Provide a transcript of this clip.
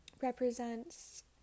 represents